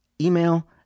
email